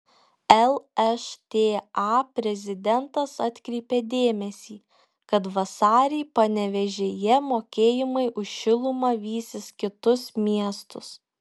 lšta prezidentas atkreipė dėmesį kad vasarį panevėžyje mokėjimai už šilumą vysis kitus miestus